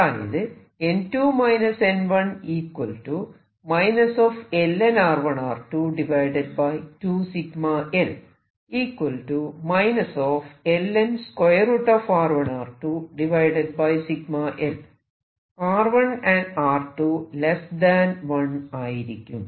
അതായത് R1 R2 1 ആയിരിക്കും